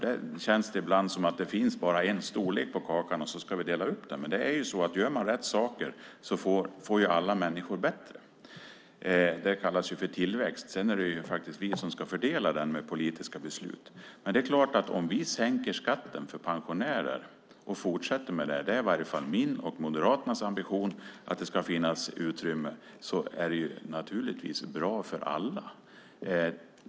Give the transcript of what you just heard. Där känns det ibland som att det bara finns en storlek på kakan, och så ska vi dela upp den. Gör man rätt saker får alla människor det bättre. Det kallas för tillväxt. Sedan är det vi som ska fördela den med politiska beslut. Om vi sänker skatten för pensionärer och fortsätter med det - och det är i varje fall min och Moderaternas ambition att det ska finnas utrymme för det - är det bra för alla.